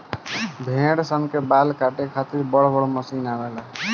भेड़ी सन के बाल काटे खातिर बड़ बड़ मशीन आवेला